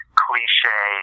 cliche